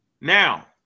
Now